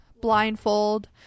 blindfold